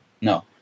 No